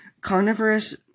Carnivorous